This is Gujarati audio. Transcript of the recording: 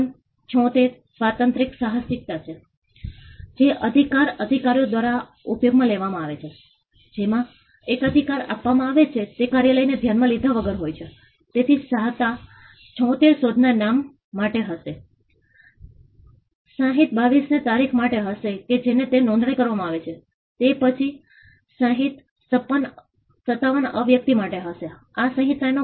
2005 માં પૂરનું સ્તર અને આ વિસ્તારો મીઠી નદીની નજીકના લાલ ચિન્હ વિસ્તારો આ વિસ્તારોમાં આશરે છથી દસ ફૂટ પાણી છથી દસ ફૂટ જેટલું હતું જે માણસની ઊંચાઈથી વધુ છે અને તેમાં પણ બે થી પાંચ ફુટ હતા મોટાભાગના ભાગોમાં અને રસ્તાની નજીક તેઓ ખૂબ જ મુશ્કેલીનો ભોગ બન્યા ન હતા માત્ર એક ફૂટ પાણી